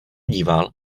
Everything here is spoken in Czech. díval